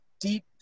deep